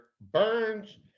Burns